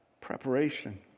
preparation